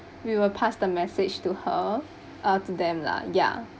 we will pass the message to her uh to them lah ya